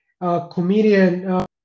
comedian